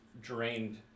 drained